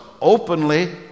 openly